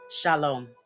Shalom